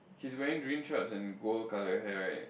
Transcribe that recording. he's wearing green shorts and gold color hair right